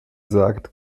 sagt